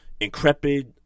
increpid